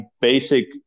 basic